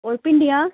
एह् भिंडियां